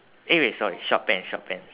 eh wait sorry short pants short pants